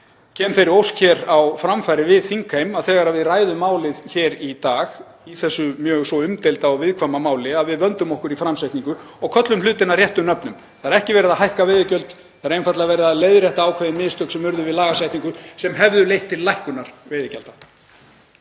kem þeirri ósk á framfæri við þingheim að þegar við ræðum um málið hér í dag, í þessu mjög svo umdeilda og viðkvæma máli, vöndum við okkur í framsetningu og köllum hlutina réttum nöfnum. Það er ekki verið að hækka veiðigjöld. Það er einfaldlega verið að leiðrétta ákveðin mistök sem urðu við lagasetningu sem hefðu leitt til lækkunar veiðigjalda.